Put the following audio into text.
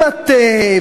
אם את,